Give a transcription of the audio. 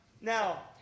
Now